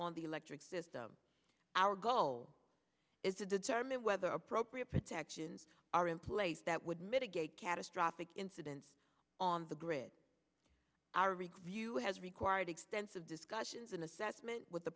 on the electric system our goal is to determine whether appropriate protections are in place that would mitigate catastrophic incidents on the grid our rig review has required extensive discussions an assessment with the